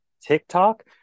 TikTok